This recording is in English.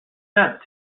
said